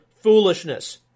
foolishness